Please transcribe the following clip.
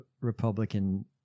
Republican